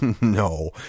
No